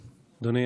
לי, אדוני